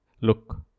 Look